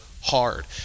hard